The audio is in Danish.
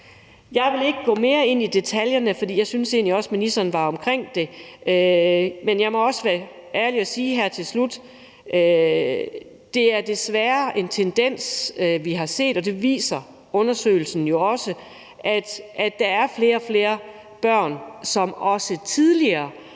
Jeg vil ikke gå mere ind i detaljerne, for jeg synes egentlig også, ministeren var omkring det, men jeg må også være ærlig og her til slut sige, at det desværre er en tendens, vi har set, og det viser undersøgelsen jo også, at der er flere og flere børn, som også tidligere